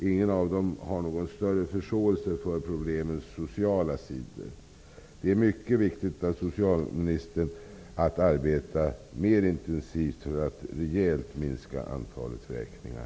Ingen av dem har någon större förståelse för problemens sociala sidor. Det är mycket viktigt att socialministern arbetar mer intensivt för att rejält minska antalet vräkningar.